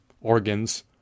organs